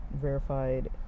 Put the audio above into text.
verified